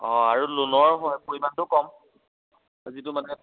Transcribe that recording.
অঁ আৰু লনৰ পৰিমাণটো কম যিটো মানে